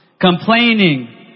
Complaining